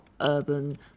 urban